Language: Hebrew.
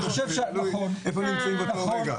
תלוי איפה נמצאים באותו רגע.